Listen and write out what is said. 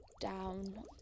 down